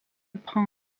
prend